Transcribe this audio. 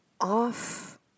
off